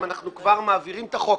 אם אנחנו כבר מעבירים את החוק,